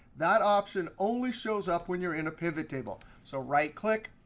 that option only shows up when you're in a pivottable. so right click,